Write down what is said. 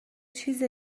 چیز